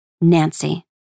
Nancy